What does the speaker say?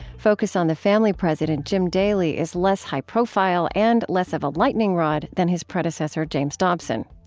focus on the family president jim daly is less high profile and less of a lightening rod than his predecessor james dobson.